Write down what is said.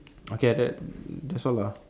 okay that that's all lah